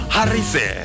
Harise